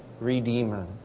Redeemer